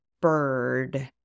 bird